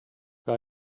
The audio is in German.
für